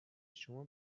شما